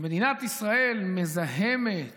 שמדינת ישראל מזהמת